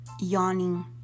yawning